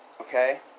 Okay